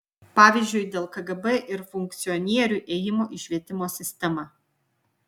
pavyzdžiui dėl kgb ir funkcionierių ėjimo į švietimo sistemą